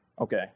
Okay